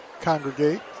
congregate